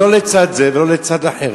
היא לא לצד זה ולא לצד אחר.